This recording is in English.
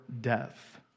death